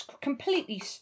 completely